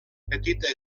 petita